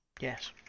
Yes